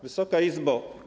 Wysoka Izbo!